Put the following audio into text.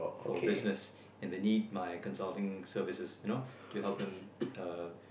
for business and they need my consulting services you know to help them uh